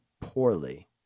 poorly